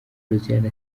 josiane